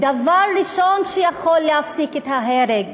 והדבר הראשון שיכול להפסיק את ההרג: